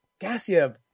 Gassiev